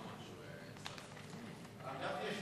אמרתי קודם: טרם תקראו, ומייד השר נענה.